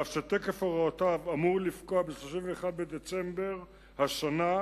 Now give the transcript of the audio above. ואף שתוקף הוראותיה אמור לפקוע ב-31 בדצמבר השנה,